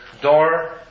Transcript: door